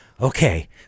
okay